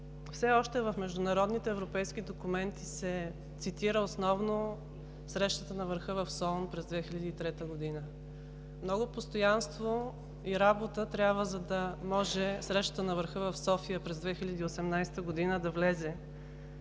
все още в международните европейски документи се цитира основно срещата на върха в Солун през 2003 г. Много постоянство и работа трябва, за да може срещата на върха в София през 2018 г. да влезе,